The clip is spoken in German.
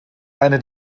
eine